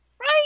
Right